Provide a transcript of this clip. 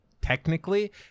Technically